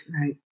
right